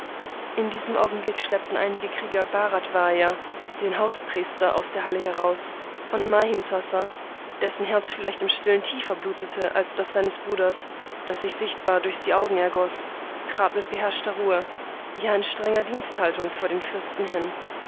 in diesem augenblick schleppten einige krieger bharadvaja den hauspriester aus der halle heraus und mahimsasa dessen herz vielleicht im stillen tiefer blutete als das seines bruders das sich sichtbar durch die augen ergoß trat mit beherrschter ruhe ja in strenger diensthaltung vor den fürsten hin